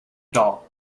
doll